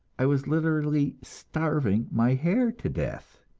i was literally starving my hair to death.